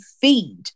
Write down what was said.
feed